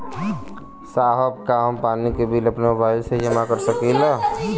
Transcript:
साहब का हम पानी के बिल अपने मोबाइल से ही जमा कर सकेला?